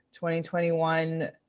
2021